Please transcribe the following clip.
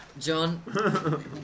John